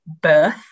birth